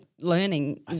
learning